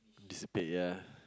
disappear ya